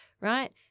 right